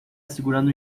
segurando